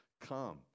come